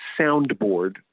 soundboard